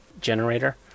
generator